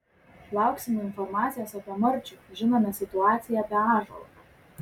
lauksime informacijos apie marčių žinome situaciją apie ąžuolą